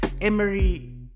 emery